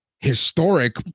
historic